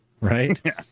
right